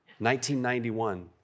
1991